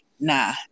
Nah